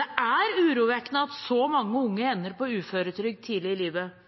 Det er urovekkende at så mange unge ender på uføretrygd tidlig i livet.